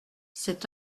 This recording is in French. cet